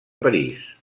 parís